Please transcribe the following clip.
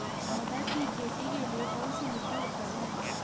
मटर की खेती के लिए कौन सी मिट्टी उत्तम है?